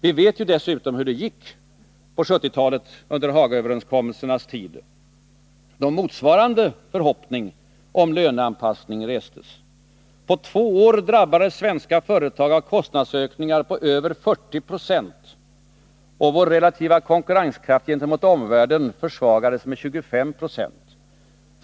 Vi vet dessutom hur det gick i mitten av 1970-talet under Hagauppgörelsernas tid, då motsvarande förhoppningar om löneanpassning restes. På två år drabbades svenska företag av kostnadsökningar på över 40 90, och vår relativa konkurrenskraft gentemot omvärlden försvagades med 25 9.